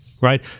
right